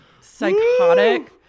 Psychotic